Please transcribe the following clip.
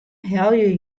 helje